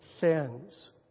sins